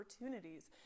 opportunities